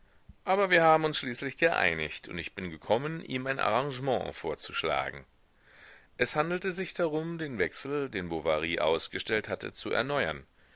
aber wir haben uns schließlich geeinigt und ich bin gekommen ihm ein arrangement vorzuschlagen es handelte sich darum den wechsel den bovary ausgestellt hatte zu erneuern